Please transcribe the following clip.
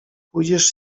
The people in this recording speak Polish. pójdziesz